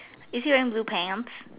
is he wearing blue pants